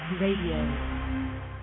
Radio